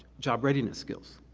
job readiness skills.